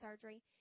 surgery